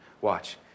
Watch